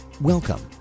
Welcome